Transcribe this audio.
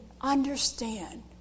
understand